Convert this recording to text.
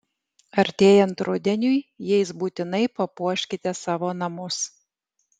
artėjant rudeniui jais būtinai papuoškite savo namus